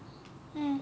mm